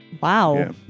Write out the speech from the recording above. Wow